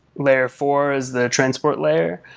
layer four is the transport layer,